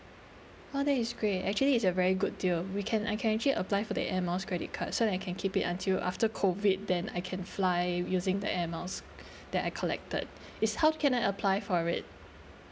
oh that is great actually it's a very good deal we can I can actually apply for that Air Miles credit card so that I can keep it until after COVID then I can fly using the Air Miles that I collected it's how can apply for it